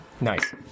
Nice